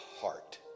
Heart